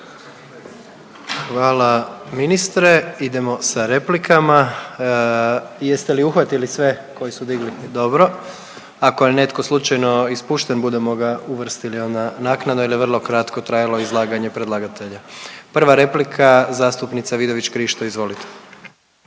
Hvala ministre. Idemo sa replikama, jeste li uhvatili sve koji su digli? Dobro, ako je netko slučajno ispušten budemo ga uvrstili onda naknadno jer je vrlo kratko trajalo izlaganje predlagatelja. Prva replika zastupnica Vidović Krišto izvolite.